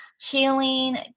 healing